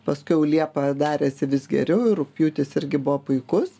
paskui jau liepą darėsi vis geriau ir rugpjūtis irgi buvo puikus